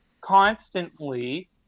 constantly